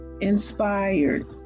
inspired